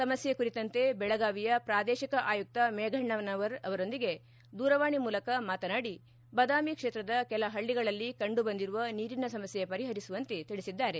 ಸಮಸ್ಕೆ ಕುರಿತಂತೆ ಬೆಳಗಾವಿಯ ಪ್ರಾದೇಶಿಕ ಆಯುಕ್ತ ಮೇಘಣ್ಣನವರ್ ಅವರೊಂದಿಗೆ ದೂರವಾಣಿ ಮೂಲಕ ಮಾತನಾಡಿ ಬಾದಾಮಿ ಕ್ಷೇತ್ರದ ಕೆಲ ಹಳ್ಳಗಳಲ್ಲಿ ಕಂಡು ಬಂದಿರುವ ನೀರಿನ ಸಮಸ್ಯೆ ಪರಿಹರಿಸುವಂತೆ ತಿಳಿಸಿದ್ದಾರೆ